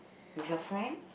with your friend